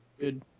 Good